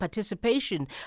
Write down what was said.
participation